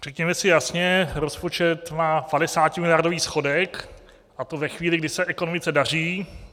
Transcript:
Řekněme si jasně, rozpočet má 50miliardový schodek, a to ve chvíli, kdy se ekonomice daří.